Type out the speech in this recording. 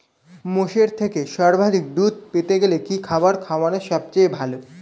মোষের থেকে সর্বাধিক দুধ পেতে হলে কি খাবার খাওয়ানো সবথেকে ভালো?